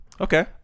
Okay